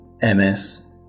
MS